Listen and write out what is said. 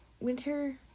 Winter